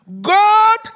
God